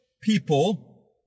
people